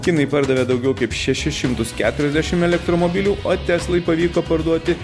kinai pardavė daugiau kaip šešis šimtus keturiasdešim elektromobilių o teslai pavyko parduoti